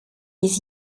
les